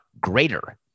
greater